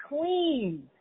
clean